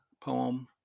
poem